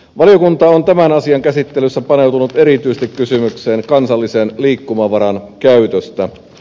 valiokunta on tämän asian käsittelyssä paneutunut erityisesti kysymykseen kansallisen liikkumavaran käytöstä